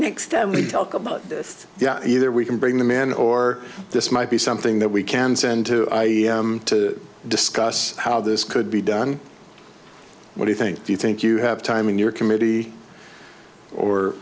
next time we talk about this yeah either we can bring the man or this might be something that we can send to to discuss how this could be done when you think do you think you have time in your committee or